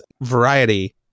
variety